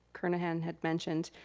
kernahan had mentioned,